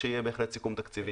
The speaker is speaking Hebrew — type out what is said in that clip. שיהיה בהחלט סיכום תקציבי.